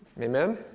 Amen